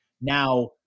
Now